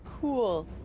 Cool